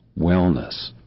Wellness